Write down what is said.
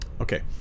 Okay